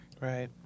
Right